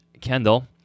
Kendall